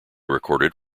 recorded